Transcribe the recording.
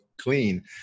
clean